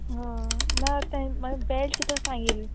हय ना तेंच म्हणजे बेड सुद्दा सांगिल्ली